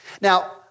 Now